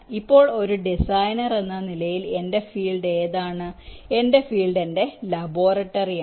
ഇപ്പോൾ ഒരു ഡിസൈനർ എന്ന നിലയിൽ എന്റെ ഫീൽഡ് ഏതാണ് എന്റെ ഫീൽഡ് എന്റേ ലബോറട്ടറി ആണ്